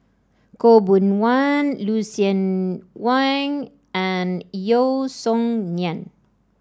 Khaw Boon Wan Lucien Wang and Yeo Song Nian